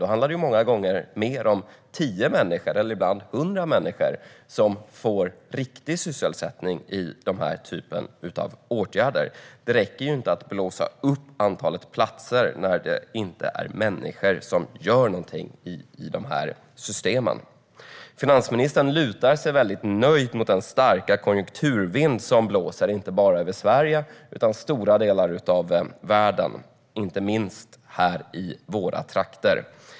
Många gånger handlar det om 10 eller ibland 100 människor som får riktig sysselsättning i den typen av åtgärder. Det räcker inte med att blåsa upp antalet platser när det inte finns människor som gör något i systemen. Finansministern lutar sig nöjt mot den starka konjunkturvind som blåser, inte bara över Sverige utan över stora delar av världen, inte minst i våra trakter.